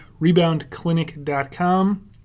reboundclinic.com